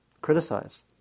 criticize